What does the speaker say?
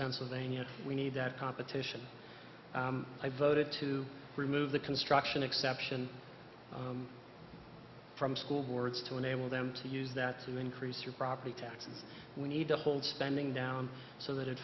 pennsylvania we need that competition i voted to remove the construction exception from school boards to enable them to use that to increase your property taxes we need to hold spending down so that it